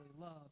love